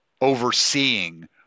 overseeing